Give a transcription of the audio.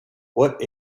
what